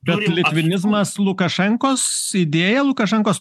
bet litvinizmas lukašenkos idėja lukašenkos